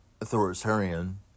authoritarian